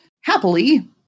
happily